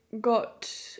got